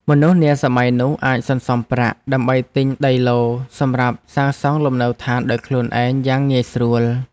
មនុស្សនាសម័យនោះអាចសន្សំប្រាក់ ដើម្បីទិញដីឡូត៍សម្រាប់សាងសង់លំនៅឋានដោយខ្លួនឯងយ៉ាងងាយស្រួល។